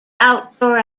outdoor